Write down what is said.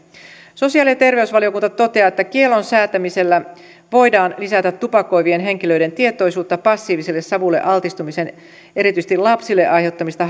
sosiaali ja terveysvaliokunta toteaa että kiellon säätämisellä voidaan lisätä tupakoivien henkilöiden tietoisuutta passiivisen savulle altistumisen erityisesti lapsille aiheuttamista